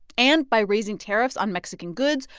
and by raising tariffs on mexican goods,